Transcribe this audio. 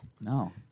No